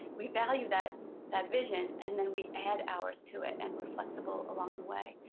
we value that that vision, and then we add ours to it, and we're flexible along the way.